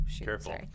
careful